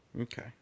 Okay